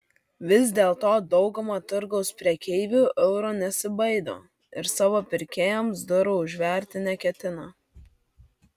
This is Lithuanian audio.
vis dėlto dauguma turgaus prekeivių euro nesibaido ir savo pirkėjams durų užverti neketina